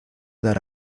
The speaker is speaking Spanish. dar